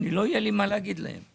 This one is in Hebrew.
ואני לא אהיה לי מה להגיד להם.